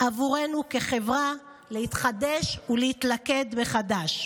בעבורנו כחברה להתחדש ולהתלכד מחדש.